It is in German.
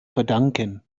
verdanken